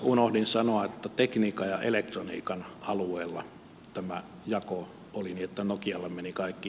unohdin sanoa että tekniikan ja elektroniikan alueella tämä jako oli niin että nokialle meni kaikki